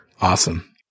Awesome